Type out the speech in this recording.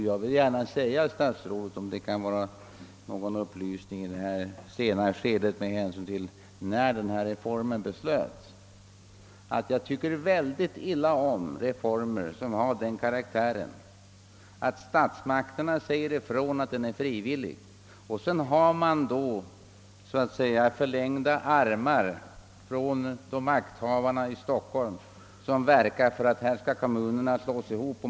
Jag vill gärna säga statsrådet — även om det är i ett sent skede med hänsyn till när denna reform beslöts — att jag tycker väldigt illa om reformer som statsmakterna betecknat som frivilliga men där makthavarnas från Stockholm så att säga förlängda armar sedermera verkar för att kommunerna skall slås ihop.